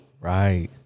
Right